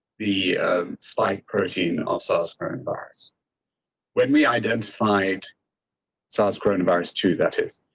the slight persian also sparing bars with me i didn't find sounds growing about is true. that is,